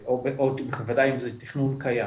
או ודאי אם זה תכנון קיים,